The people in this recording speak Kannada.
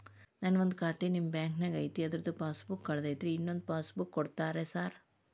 ನಂದು ಒಂದು ಖಾತೆ ನಿಮ್ಮ ಬ್ಯಾಂಕಿನಾಗ್ ಐತಿ ಅದ್ರದು ಪಾಸ್ ಬುಕ್ ಕಳೆದೈತ್ರಿ ಇನ್ನೊಂದ್ ಪಾಸ್ ಬುಕ್ ಕೂಡ್ತೇರಾ ಸರ್?